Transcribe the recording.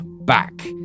back